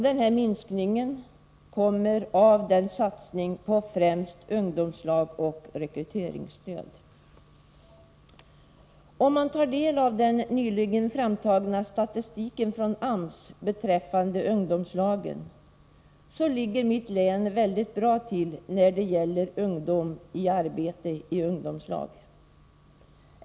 Detta kommer sig av den satsning man gjort på främst ungdomslag och rekryteringsstöd. Om man tar del av den nyligen framtagna statistiken från AMS beträffande ungdomslagen, finner man att mitt län ligger mycket väl framme när det gäller ungdom i arbete i ungdomslag.